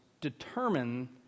determine